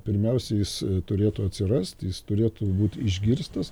pirmiausia jis turėtų atsirast jis turėtų būti išgirstas